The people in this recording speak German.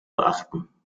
beachten